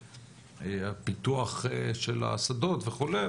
הפיתוח של השדות וכולי,